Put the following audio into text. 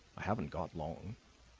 i haven't got long.